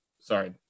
sorry